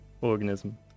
organism